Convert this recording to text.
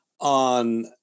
on